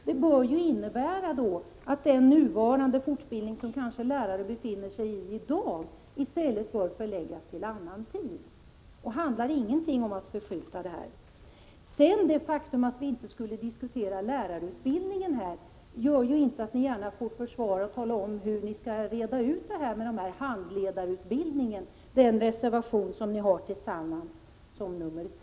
Det bör ju innebära att den nuvarande fortbildningen som lärare kanske befinner sig i i dag i stället bör förläggas till annan tid. Det handlar inte om att den skall förskjutas. Det faktum att vi inte skulle diskutera lärarutbildningen här betyder inte att ni inte gärna får försvara den och tala om hur ni skall reda ut frågan om handledarutbildningen. Detta tar ni upp i reservation 3 tillsammans med moderaterna.